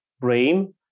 brain